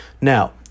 Now